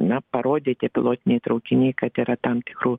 na parodė tie pilotiniai traukiniai kad yra tam tikrų